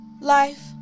life